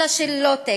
אלא של לואו-טק,